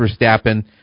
Verstappen